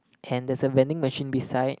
and there is a vending machine beside